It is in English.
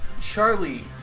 Charlie